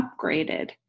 upgraded